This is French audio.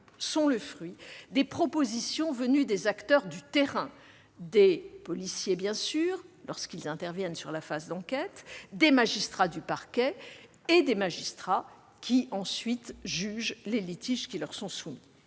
sont le fruit des propositions venues des acteurs de terrain, des policiers qui interviennent lors de la phase d'enquête, des magistrats du parquet et des magistrats qui ensuite jugent les litiges qui leur sont soumis.